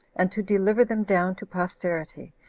and to deliver them down to posterity,